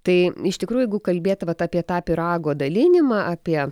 tai iš tikrųjų jeigu kalbėt vat apie tą pyrago dalinimą apie